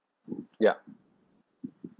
ya